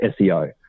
seo